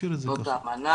קלעתי לדעת גדולים,